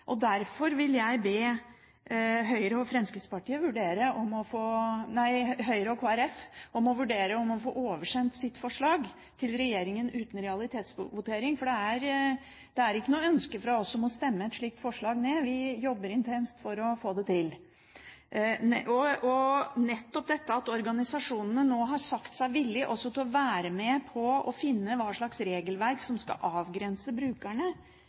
Derfor vil jeg be Høyre og Kristelig Folkeparti vurdere å oversende forslaget sitt til regjeringen uten realitetsvotering. Det er ikke noe ønske fra oss å stemme ned et slikt forslag. Vi jobber intenst for å få dette til. Nettopp dette at organisasjonene nå har sagt seg villige til også å være med på å finne ut hva slags regelverk som skal avgrense brukerne,